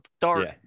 dark